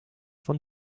von